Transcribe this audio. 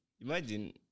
Imagine